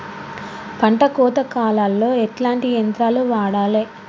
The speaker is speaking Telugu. పంట కోత కాలాల్లో ఎట్లాంటి యంత్రాలు వాడాలే?